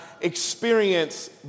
experience